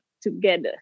together